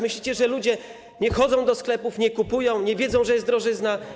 Myślicie, że ludzie nie chodzą do sklepów, nie kupują, nie wiedzą, że jest drożyzna?